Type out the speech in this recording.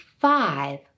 five